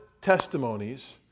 testimonies